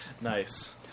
Nice